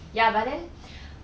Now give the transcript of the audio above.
ya but then